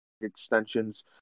extensions